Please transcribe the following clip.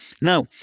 now